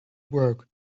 broke